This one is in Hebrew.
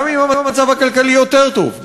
גם אם המצב הכלכלי יותר טוב,